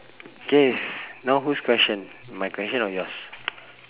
K now whose question my question or yours